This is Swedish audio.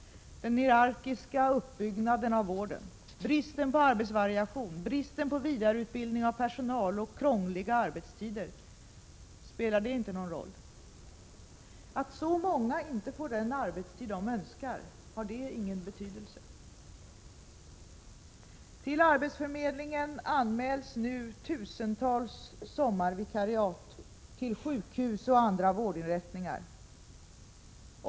Den hierarkiska uppbyggnaden av vården, bristen på arbetsvariation, bristen på vidareutbildning av personalen och krångliga arbetstider — spelar det inte någon roll? Att så många inte får den arbetstid de önskar, har det ingen betydelse? Till arbetsförmedlingen anmäls nu tusentals sommarvikariat på sjukhus och andra vårdinrättningar.